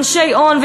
אנשי הון,